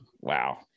wow